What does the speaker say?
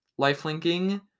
lifelinking